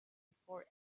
before